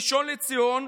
ראשון לציון,